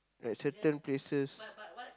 at certain places